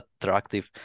attractive